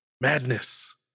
madness